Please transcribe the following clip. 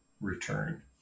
return